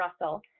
Russell